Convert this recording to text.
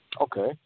Okay